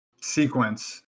sequence